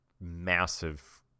massive